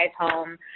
home